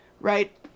right